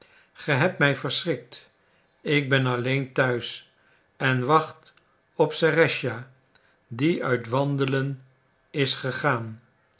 ge hebt mij verschrikt ik ben alleen te huis en wacht op serëscha die uit wandelen is gegaan